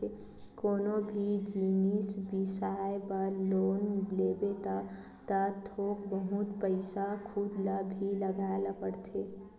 कोनो भी जिनिस बिसाए बर लोन लेबे त थोक बहुत पइसा खुद ल भी लगाए ल परथे